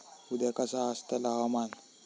उद्या कसा आसतला हवामान?